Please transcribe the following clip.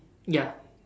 ya